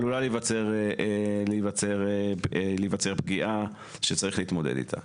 עלולה להיווצר פגיעה שצריך להתמודד איתה.